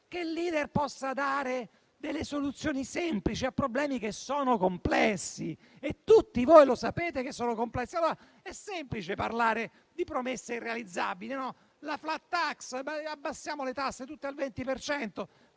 che il *leader* possa dare delle soluzioni semplici a problemi che sono complessi e tutti voi sapete che sono complessi. È semplice parlare di promesse irrealizzabili: la *flat tax*, abbassiamo le tasse tutte al 20